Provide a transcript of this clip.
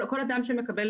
כל אדם שמקבל